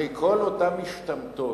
הרי כל אותן משתמטות,